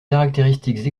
caractéristiques